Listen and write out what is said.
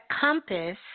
compass